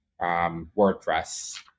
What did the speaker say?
WordPress